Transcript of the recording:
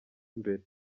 imbere